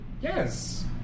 yes